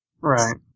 Right